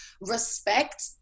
Respect